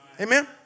Amen